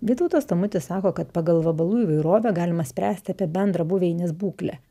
vytautas tamutis sako kad pagal vabalų įvairovę galima spręsti apie bendrą buveinės būklę